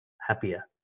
happier